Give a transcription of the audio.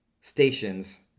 stations